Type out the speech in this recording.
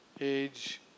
age